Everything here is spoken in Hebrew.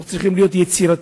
אנחנו צריכים להיות יצירתיים,